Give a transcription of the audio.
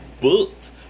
booked